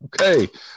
Okay